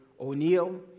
O'Neill